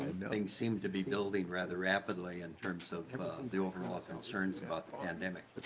nothing seemed to be building rather rapidly in terms of the overall concerns about endemic.